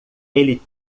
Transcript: ele